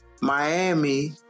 Miami